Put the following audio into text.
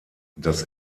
das